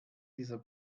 dieser